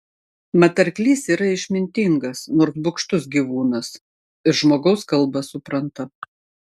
mat arklys yra išmintingas nors bugštus gyvūnas ir žmogaus kalbą supranta